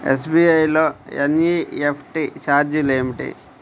SBI లో NEFT ఛార్జీలు ఏమిటి?